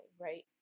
right